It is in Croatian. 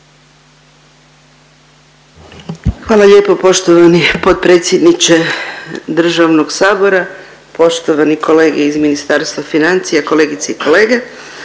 Hvala lijepo poštovani potpredsjedniče državnog Sabora, poštovani kolege iz Ministarstva financija, kolegice i kolege.